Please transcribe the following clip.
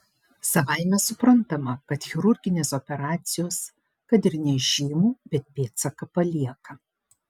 savaime suprantama kad chirurginės operacijos kad ir nežymų bet pėdsaką palieka